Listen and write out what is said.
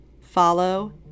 follow